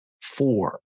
four